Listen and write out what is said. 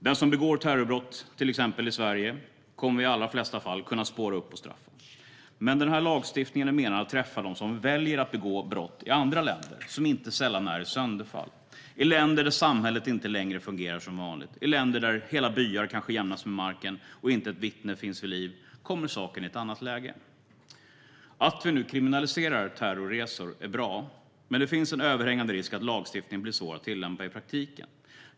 Den som begår terrorbrott till exempel i Sverige kommer vi i de allra flesta fall att kunna spåra upp och straffa, men den här lagstiftningen är menad att träffa dem som väljer att begå brott i länder som inte sällan är i sönderfall. I länder där samhället inte längre fungerar som vanligt och där hela byar kanske jämnas med marken och inte ett vittne finns vid liv kommer saken i ett annat läge. Att vi nu kriminaliserar terrorresor är bra, men det finns en överhängande risk att lagstiftningen blir svår att tillämpa i praktiken.